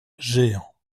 géant